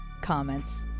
comments